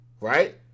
right